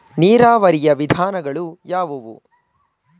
ನೀರಾವರಿಯ ವಿಧಾನಗಳು ಯಾವುವು?